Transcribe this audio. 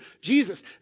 Jesus